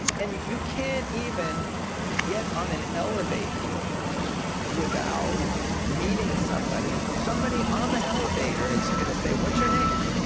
and you can't even get on an elevator without meeting somebody, somebody on the elevator is goin to say, what's your name?